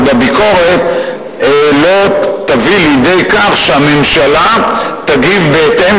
בביקורת לא תביא לידי כך שהממשלה תגיב בהתאם,